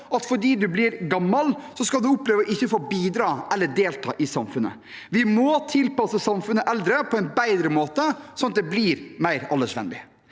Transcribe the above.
at fordi du blir gammel, skal du oppleve å ikke få bidra eller delta i samfunnet. Vi må tilpasse samfunnet til eldre på en bedre måte, sånn at det blir mer aldersvennlig.